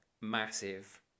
massive